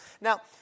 Now